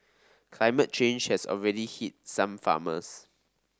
climate change has already hit some farmers